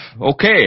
Okay